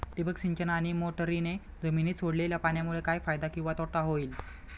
ठिबक सिंचन आणि मोटरीने जमिनीत सोडलेल्या पाण्यामुळे काय फायदा किंवा तोटा होईल?